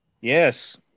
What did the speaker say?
yes